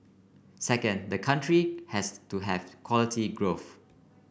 second the country has to have quality growth